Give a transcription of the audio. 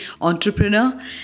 entrepreneur